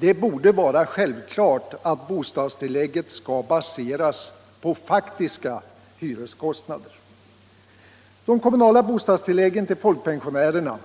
Det borde vara självklart att bostadstillägget skall baseras på faktiska hyreskostnader. De kommunala bostadstilläggen till folkpensionärerna